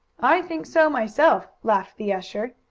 i think so myself, laughed the usher.